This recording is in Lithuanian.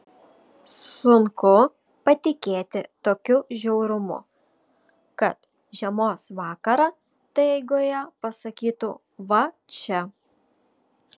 sunku patikėti tokiu žiaurumu kad žiemos vakarą taigoje pasakytų va čia